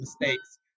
mistakes